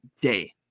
day